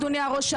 אדוני היושב-ראש,